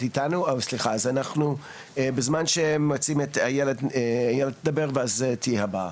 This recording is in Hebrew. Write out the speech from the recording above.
אז כעת איילת תדבר ואז תהיי הבאה.